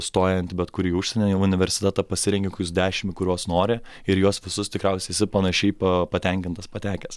stojant į bet kurį užsienio universitetą pasirenki kokius dešimt kuriuos nori ir juos visus tikriausiai esi panašiai pa patenkintas patekęs